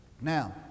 Now